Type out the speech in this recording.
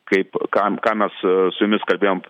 kaip kam ką mes su jumis kalbėjom